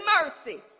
mercy